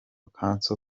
cancer